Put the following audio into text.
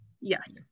Yes